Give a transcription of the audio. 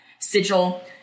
sigil